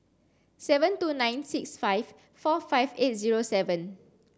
seven two nine six five four five eight zero seven